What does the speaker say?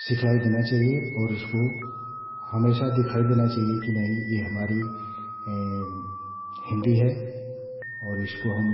सिखलाई देना चाहिए और उसको हमेशा दिखाई देना चाहिए कि नहीं ये हमारी हिन्दी है और इसको हम